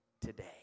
today